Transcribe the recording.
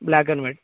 black and white